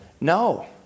No